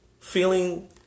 feeling